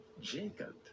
jacob